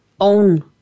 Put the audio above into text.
own